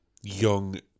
Young